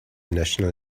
national